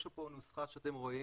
יש לנו פה נוסחה שאתם רואים,